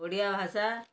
ଓଡ଼ିଆ ଭାଷା